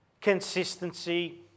consistency